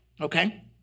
Okay